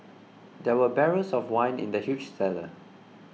there were barrels of wine in the huge cellar